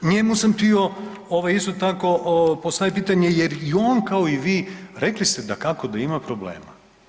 Njemu sam htio isto tako postaviti pitanje jer i on kao i vi, rekli ste dakako da ima problema.